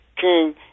King